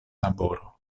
laboro